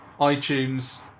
iTunes